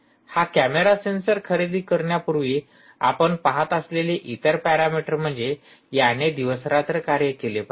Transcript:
हा camera sensor खरेदी करण्यापूर्वी आपण पहात असलेले इतर पॅरामीटर म्हणजे याने दिवस रात्र कार्य केले पाहिजे